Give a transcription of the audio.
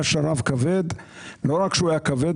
היה שרב כבד ולא רק שהוא היה כבד,